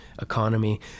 economy